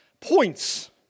points